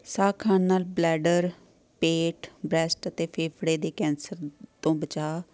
ਸਾਗ ਖਾਣ ਨਾਲ ਬਲੈਡਰ ਪੇਟ ਬਰੈਸਟ ਅਤੇ ਫੇਫੜੇ ਦੇ ਕੈਂਸਰ ਤੋਂ ਬਚਾ